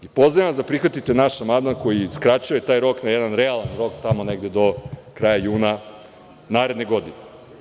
Pozivam vas da prihvatite naš amandman koji skraćuje taj rok na jedan realan rok, tamo negde do kraja juna naredne godine.